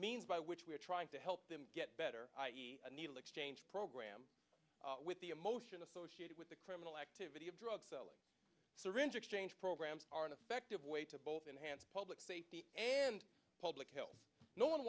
means by which we're trying to help them get better a needle exchange program with the emotion associated with the criminal activity of drug selling syringe exchange programs are ineffective way to both enhanced public safety and public health no one